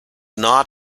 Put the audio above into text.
not